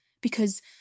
because